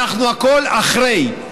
אנחנו הכול אחרי.